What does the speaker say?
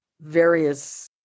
various